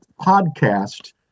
podcast